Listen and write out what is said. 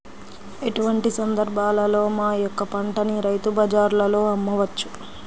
ఎటువంటి సందర్బాలలో మా యొక్క పంటని రైతు బజార్లలో అమ్మవచ్చు?